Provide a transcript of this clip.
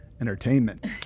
entertainment